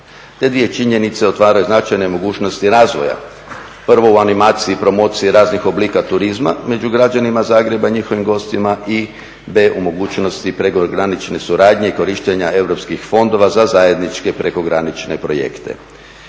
Te dvije činjenice otvaraju značajne mogućnosti razvoja. Prvo u animaciji promocije raznih oblika turizma među građanima Zagreba i njihovim mogućnosti i B u mogućnosti prekogranične suradnje i korištenja europskih fondova za zajedničke prekogranične projekte.